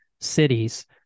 cities